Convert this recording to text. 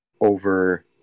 over